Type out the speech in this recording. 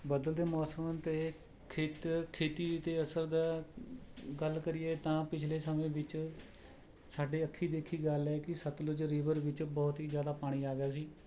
ਬਦਲਦੇ ਮੌਸਮ ਤੇ ਖੇਤ ਖੇਤੀ 'ਤੇ ਅਸਰ ਦਾ ਗੱਲ ਕਰੀਏ ਤਾਂ ਪਿਛਲੇ ਸਮੇਂ ਵਿੱਚ ਸਾਡੇ ਅੱਖੀਂ ਦੇਖੀ ਗੱਲ ਹੈ ਕਿ ਸਤਲੁੱਜ ਰੀਵਰ ਵਿੱਚ ਬਹੁਤ ਹੀ ਜ਼ਿਆਦਾ ਪਾਣੀ ਆ ਗਿਆ ਸੀ